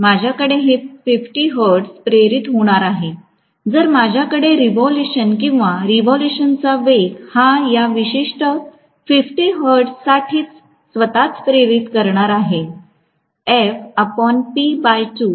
माझ्याकडे हे ५० हर्ट्ज प्रेरित होणार आहे जर माझ्याकडे रेव्होल्यूशन किंवा रेव्होल्यूशनचा वेग हा या विशिष्ट ५० हर्त्झ साठीच स्वतःच प्रेरित करणार आहे